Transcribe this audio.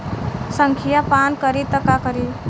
संखिया पान करी त का करी?